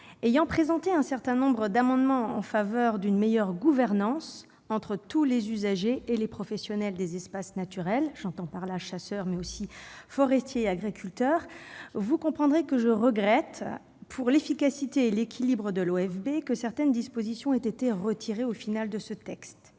Ayant présenté un certain nombre d'amendements en faveur d'une meilleure gouvernance, partagée entre tous les usagers et les professionnels des espaces naturels- j'entends par là les chasseurs, mais aussi les forestiers et les agriculteurs -, je regrette, pour l'efficacité et l'équilibre de l'OFB, que certaines dispositions aient finalement été retirées de ce texte.